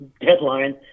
deadline